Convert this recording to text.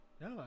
No